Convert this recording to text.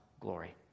glory